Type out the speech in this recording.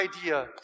idea